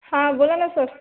हां बोला ना सर